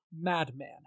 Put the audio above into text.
madman